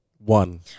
One